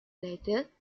later